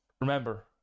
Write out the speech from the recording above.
remember